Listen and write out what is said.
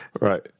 right